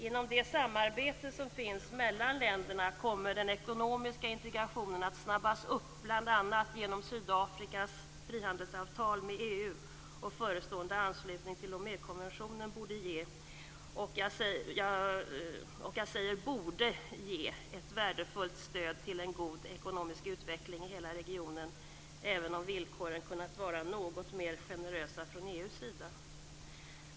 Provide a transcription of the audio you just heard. Inom det samarbete som finns mellan länderna kommer den ekonomiska integrationen att snabbas upp bl.a. genom Sydafrikas frihandelsavtal med EU, och förestående anslutning till Lomékonventionen borde ge - jag säger borde ge - ett värdefullt stöd till en god ekonomisk utveckling i hela regionen, även om villkoren hade kunnat vara något mer generösa från EU:s sida.